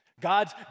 God's